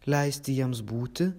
leisti jiems būti